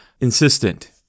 insistent